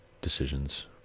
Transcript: decisions